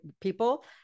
people